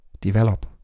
develop